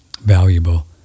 valuable